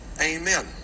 Amen